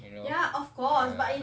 you know ya